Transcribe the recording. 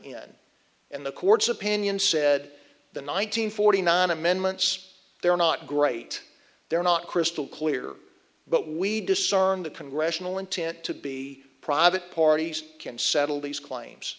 in and the courts opinion said the nine hundred forty nine amendments they're not great they're not crystal clear but we discern the congressional intent to be private parties can settle these claims